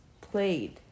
played